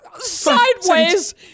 sideways